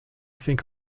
think